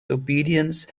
obedience